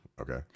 Okay